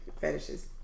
Fetishes